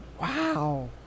Wow